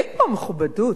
איפה המכובדות?